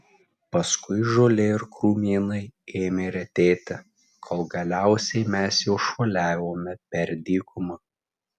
paskui žolė ir krūmynai ėmė retėti kol galiausiai mes jau šuoliavome per dykumą